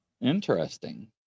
Interesting